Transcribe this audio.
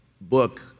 book